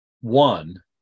one